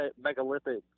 megalithic